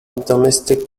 domestic